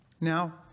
now